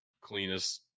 cleanest